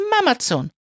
Mamazon